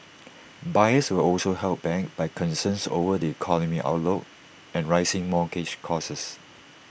buyers were also held back by concerns over the economic outlook and rising mortgage costs